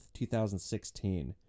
2016